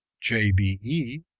j b e,